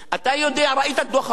אתה יודע, ראית את דוח העוני,